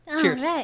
cheers